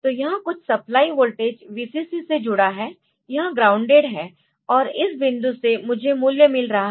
तो यह कुछ सप्लाई वोल्टेज Vcc से जुड़ा है यह ग्राउंडेड है और इस बिंदु से मुझे मूल्य मिल रहा है